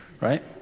right